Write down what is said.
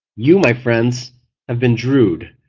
you my friends have been drewed.